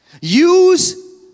use